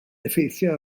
effeithio